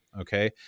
okay